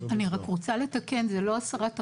אני רק רוצה לתקן, זה לא עשרה תחמ"שים,